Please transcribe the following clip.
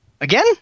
Again